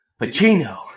Pacino